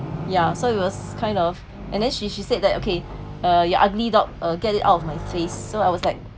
ya so it was kind of and then she she said that okay uh your ugly dog uh get it out of my face so I was like